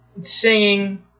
Singing